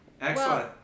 Excellent